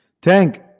Tank